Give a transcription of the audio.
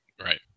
Right